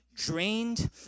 Drained